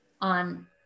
on